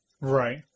Right